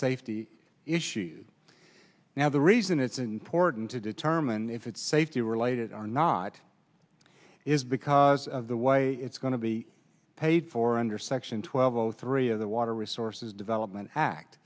safety issue now the reason it's an important to determine if it's safety related or not is because of the way it's going to be paid for under section twelve zero three of the water resources development act